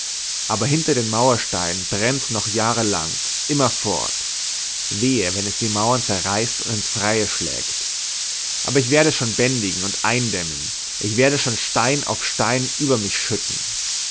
aber hinter den mauersteinen brennt's noch jahrelang immerfort wehe wenn es die mauern zerreißt und ins freie schlägt aber ich werde es schon bändigen und eindämmen ich werde schon stein auf stein über mich schütten